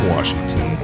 Washington